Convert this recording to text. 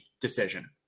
decision